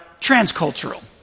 transcultural